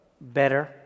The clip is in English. better